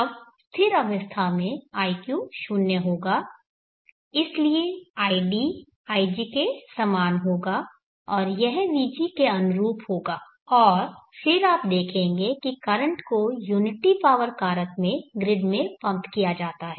तब स्थिर अवस्था में iq शून्य होगा इसलिए id ig के समान होगा और यह vg के अनुरूप होगा और फिर आप देखेंगे कि करंट को यूनिटी पावर कारक में ग्रिड में पंप किया जाता है